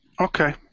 Okay